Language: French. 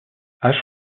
ash